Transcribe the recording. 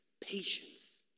patience